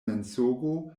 mensogo